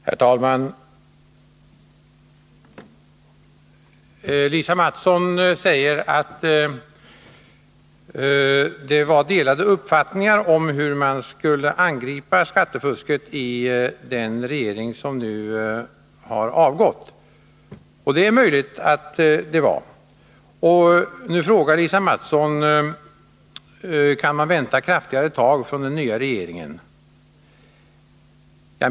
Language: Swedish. Herr talman! Lisa Mattson säger att det i den regering som nu har avgått fanns delade uppfattningar om hur man skulle angripa skattefusket — och det är möjligt att så var fallet. Nu frågar Lisa Mattson: Kan vi vänta kraftfullare tag från den nya regeringen?